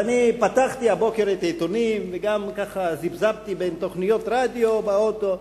אז אני פתחתי הבוקר את העיתונים וגם זפזפתי בין תוכניות רדיו באוטו,